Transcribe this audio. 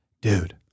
dude